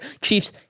Chiefs